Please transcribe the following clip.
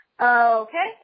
Okay